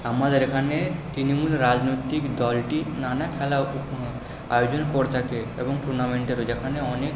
আমাদের এইখানে তৃণমূল রাজনৈতিক দলটি নানা খেলা আয়োজন করে থাকে এবং টুর্নামেন্টের যেখানে অনেক